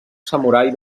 samurai